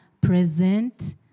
present